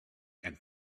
and